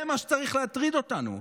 זה מה שצריך להטריד אותנו.